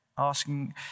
asking